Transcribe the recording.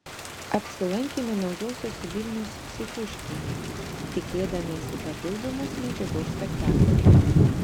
apsilankėme naujosios vilnios psichuškėje tikėdamiesi papildomos medžiagos spektakliui